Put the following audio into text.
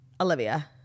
olivia